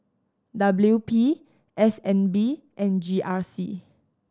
W P S N B and G R C